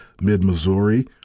mid-Missouri